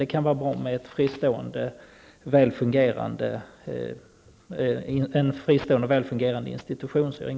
Det kan vara bra med en fristående, väl fungerande institution.